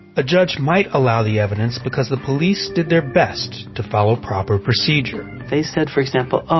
a judge might allow the evidence because the police did their best to follow proper procedure. they said for example, oh,